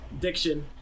diction